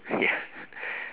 ya